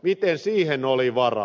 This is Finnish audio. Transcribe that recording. miten siihen oli varaa